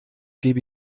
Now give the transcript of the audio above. gebe